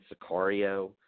Sicario